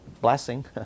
blessing